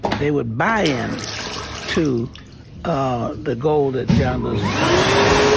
they would buy in to ah the goal that john lewis was talking about.